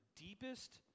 deepest